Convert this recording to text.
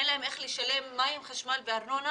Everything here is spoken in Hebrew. אין להם איך לשלם מים חשמל וארנונה